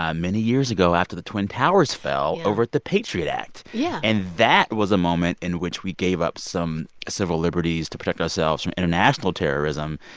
um many years ago after the twin towers fell over the patriot act yeah and that was a moment in which we gave up some civil liberties to protect ourselves from international terrorism.